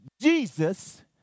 Jesus